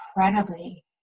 incredibly